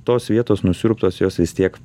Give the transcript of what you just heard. tos vietos nusiurbtos jos vis tiek